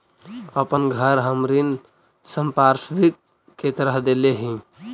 अपन घर हम ऋण संपार्श्विक के तरह देले ही